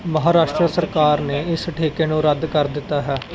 ਮਹਾਰਾਸ਼ਟਰ ਸਰਕਾਰ ਨੇ ਇਸ ਠੇਕੇ ਨੂੰ ਰੱਦ ਕਰ ਦਿੱਤਾ ਹੈ